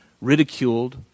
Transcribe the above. ridiculed